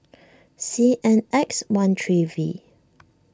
C N X one three V